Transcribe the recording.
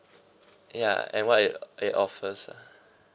ya and what it it offers lah